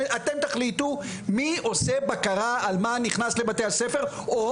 אתם תחליטו מי עושה בקרה על מה נכנס לבתי הספר או